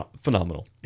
phenomenal